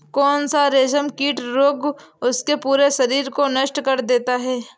कौन सा रेशमकीट रोग उसके पूरे शरीर को नष्ट कर देता है?